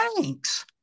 thanks